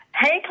Hey